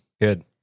Good